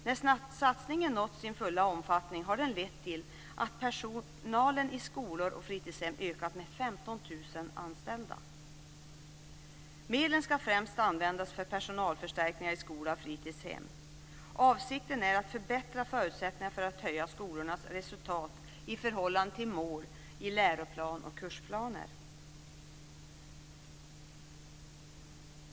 När satsningen nått sin fulla omfattning har den lett till att personalen i skolor och fritidshem ökat med 15 000 anställda. Medlen ska främst användas för personalförstärkningar i skola och fritidshem. Avsikten är att förbättra förutsättningarna för att höja skolornas resultat i förhållande till mål i läroplan och kursplaner.